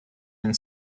and